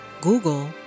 Google